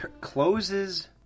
closes